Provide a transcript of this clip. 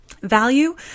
Value